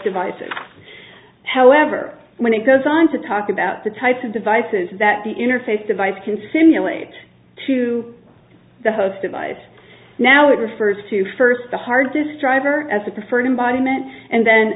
devices however when he goes on to talk about the types of devices that the interface device can simulate to the host of life now it refers to first the hard disk drive or as a preferred embodiment and then